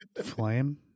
flame